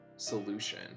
Solution